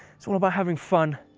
it's all about having fun.